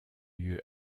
lieu